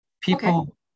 People